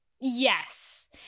Yes